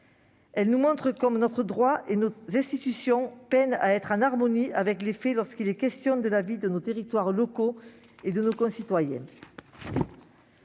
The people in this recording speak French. Elles soulignent comme notre droit et nos institutions peinent à être en harmonie avec les faits, lorsqu'il est question de la vie de nos territoires locaux et de nos concitoyens.